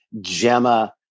Gemma